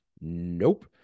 Nope